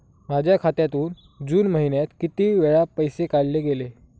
माझ्या खात्यातून जून महिन्यात किती वेळा पैसे काढले गेले?